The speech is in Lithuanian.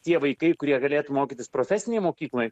tie vaikai kurie galėtų mokytis profesinėj mokykloj